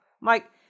Mike